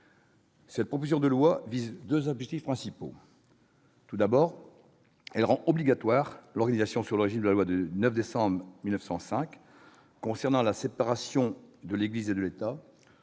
Cette proposition de loi répond à deux objectifs principaux. Tout d'abord, elle tend à rendre obligatoire l'organisation sous le régime de la loi du 9 décembre 1905 relative à la séparation des Églises et de l'État